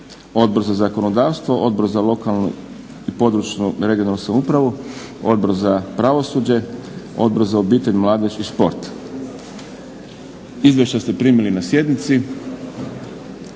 Odbor za zakonodavstvo, Odbor za lokalnu i područnu regionalnu samoupravu, Odbor za pravosuđe, Odbor za obitelj, mladež i šport. Izvješće ste primili na sjednici.